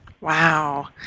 Wow